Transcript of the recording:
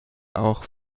auch